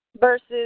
versus